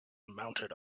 mounted